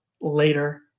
later